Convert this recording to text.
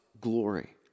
glory